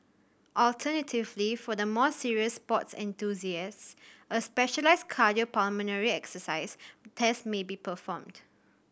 alternatively for the more serious sports enthusiasts a specialised cardiopulmonary exercise test may be performed